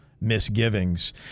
misgivings